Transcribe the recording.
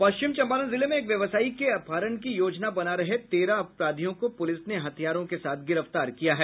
पश्चिम चंपारण जिले में एक व्यवसायी के अपहरण की योजना बना रहे तेरह अपराधियों को पुलिस ने हथियार के साथ गिरफ्तार किया है